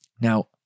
Now